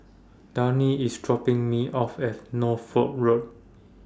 Dwayne IS dropping Me off At Norfolk Road